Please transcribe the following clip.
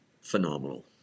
Phenomenal